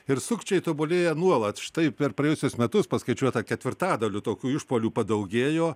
ir sukčiai tobulėja nuolat štai per praėjusius metus paskaičiuota ketvirtadaliu tokių išpuolių padaugėjo